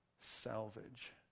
salvage